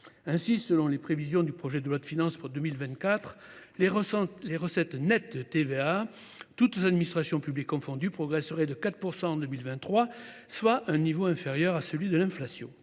Ainsi, selon les prévisions du projet de loi de finances pour 2024, les recettes nettes de TVA, toutes administrations publiques confondues, progresseraient de 4 % en 2023, soit un niveau inférieur à celui de l’inflation.